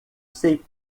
sei